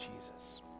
Jesus